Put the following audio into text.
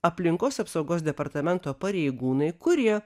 aplinkos apsaugos departamento pareigūnai kurie